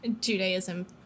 Judaism